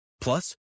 Plus